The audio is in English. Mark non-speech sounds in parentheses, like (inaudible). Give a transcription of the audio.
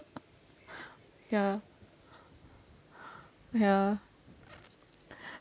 (laughs) (breath) ya (breath) ya (breath)